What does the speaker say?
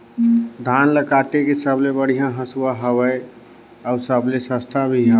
धान ल काटे के सबले बढ़िया हंसुवा हवये? अउ सबले सस्ता भी हवे?